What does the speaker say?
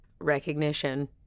recognition